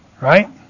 Right